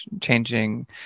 changing